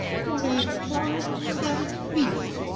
what a horrid, savage beast!